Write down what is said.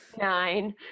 nine